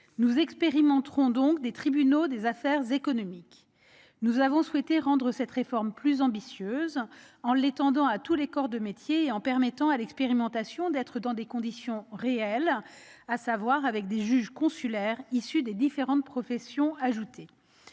Nous expérimenterons donc des tribunaux des activités économiques. Pour autant, nous avons souhaité rendre cette réforme plus ambitieuse en l'étendant à tous les corps de métiers et en permettant à l'expérimentation de se faire dans les conditions réelles, avec des juges consulaires issus des différentes professions ajoutées.